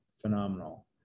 phenomenal